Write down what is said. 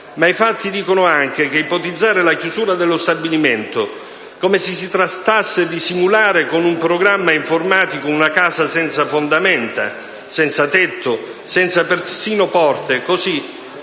irresponsabile anche solo ipotizzare la chiusura dello stabilimento, come se si trattasse di simulare con un programma informatico una casa senza fondamenta, senza tetto, persino senza porte.